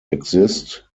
exist